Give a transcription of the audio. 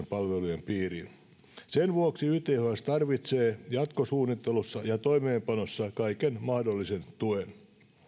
palvelujen piiriin sen vuoksi yths tarvitsee jatkossuunnittelussa ja toimeenpanossa kaiken mahdollisen tuen